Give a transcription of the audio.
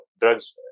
drugs